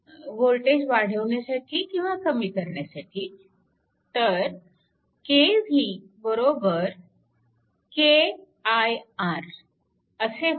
voltage वाढविण्यासाठी किंवा कमी करण्यासाठी तर KV KiR असे होईल